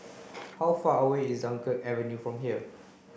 how far away is Dunkirk Avenue from here